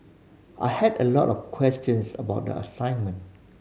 I had a lot of questions about the assignment